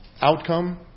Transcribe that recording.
outcome